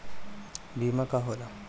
बीमा का होला?